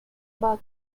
bug